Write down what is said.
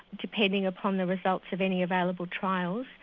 depending upon the results of any available trials.